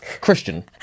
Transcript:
Christian